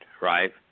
Right